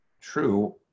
true